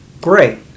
Great